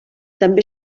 també